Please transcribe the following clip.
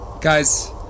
Guys